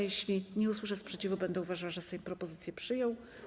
Jeśli nie usłyszę sprzeciwu, będę uważała, że Sejm propozycję przyjął.